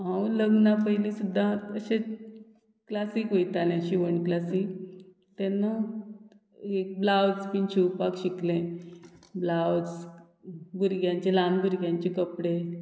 हांव लग्ना पयलीं सुद्दां अशेंत क्लासीक वयतालें शिवण क्लासीक तेन्ना एक ब्लावज बीन शिंवपाक शिकलें ब्लावज भुरग्यांचे ल्हान भुरग्यांचे कपडे